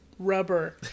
Rubber